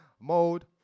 Mode